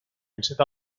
enceta